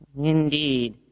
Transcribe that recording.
Indeed